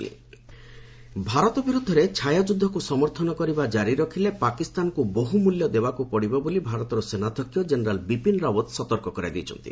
interview general Bharat ବିରୁଦ୍ଧରେ ଛାୟାଯୁଦ୍ଧକୁ ସମର୍ଥନ କରିବା ଜାରି ରଖିଲେ ପାକିସ୍ତାନକୁ ବହୁମୂଲ୍ୟ ଦେବାକୁ ପଡ଼ିବ ବୋଲି ଭାରତର ସେନାଧ୍ୟକ୍ଷ ଜେନେରାଲ୍ ବିପିନ୍ ରାଓ୍ନତ୍ ସତର୍କ କରାଇ ଦେଇଛନ୍ତି